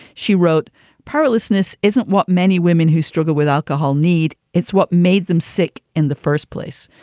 she wrote powerlessness isn't what many women who struggle with alcohol need. it's what made them sick in the first place.